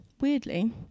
weirdly